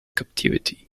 captivity